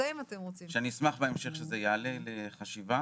שאני אשמח בהמשך שזה יעלה לחשיבה.